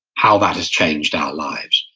how that has changed our lives.